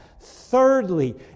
Thirdly